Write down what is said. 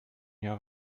jahr